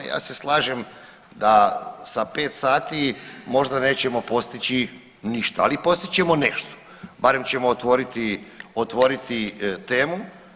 Ja se slažem da za pet sati možda nećemo postići ništa, ali postić ćemo nešto, barem ćemo otvoriti temu.